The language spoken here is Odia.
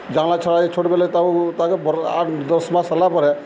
ଯାଁଳା ଛଡ଼ାଯାଏ ଛୋଟ୍ ବେଲେ ତାକୁ ତାକେ ଆଠ୍ ଦଶ୍ ମାସ୍ ହେଲାପରେ